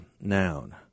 noun